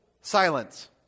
silence